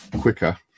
quicker